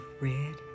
red